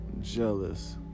jealous